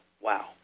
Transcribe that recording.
Wow